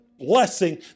blessing